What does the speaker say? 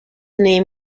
name